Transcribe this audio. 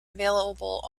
available